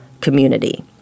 community